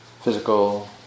physical